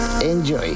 Enjoy